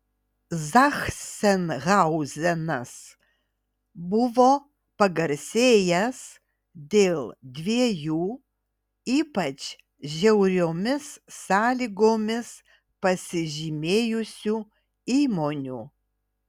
zachsenhauzenas buvo pagarsėjęs dėl dviejų ypač žiauriomis sąlygomis pasižymėjusių įmonių